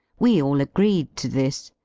we all agreed to this.